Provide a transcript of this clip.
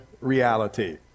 reality